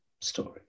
story